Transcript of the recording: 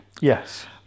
Yes